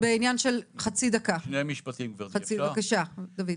בבקשה, דוד.